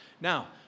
Now